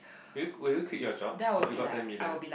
will you will you quit your job if you got ten million